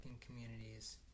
communities